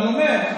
אני אומר,